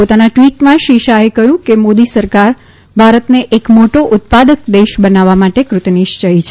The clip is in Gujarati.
પોતાની ટ્વીટમાં શ્રી શાહે કહ્યું કે મોદી સરકાર ભારતને એક મોટો ઉત્પાદક દેશ બનાવવા માટે કૃતનિશ્ચયી છે